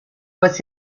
was